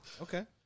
Okay